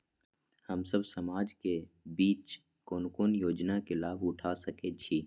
हम सब समाज के बीच कोन कोन योजना के लाभ उठा सके छी?